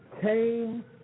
came